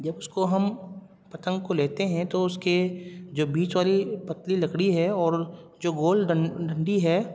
جب اس کو ہم پتنگ کو لیتے ہیں تو اس کے جو بیچ والی پتلی لکڑی ہے اور جو گول ڈنڈی ہے